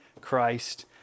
Christ